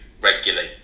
regularly